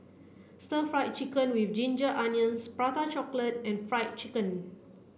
stir fried chicken with ginger onions prata chocolate and fried chicken